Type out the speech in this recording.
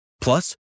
Plus